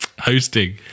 hosting